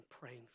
praying